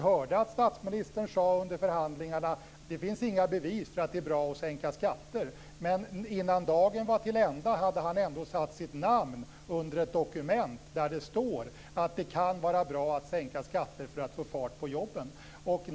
Vi hörde att statsministern sade att det inte finns några bevis för att det är bra att sänka skatter under förhandlingarna. Innan dagen var till ända hade han ändå satt sitt namn under ett dokument där det står att det kan vara bra att sänka skatter för att få fart på jobben.